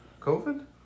COVID